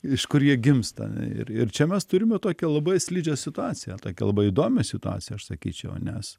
iš kur jie gimsta ir ir čia mes turime tokią labai slidžią situaciją tokią labai įdomią situaciją aš sakyčiau nes